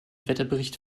wetterbericht